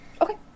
Okay